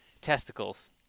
testicles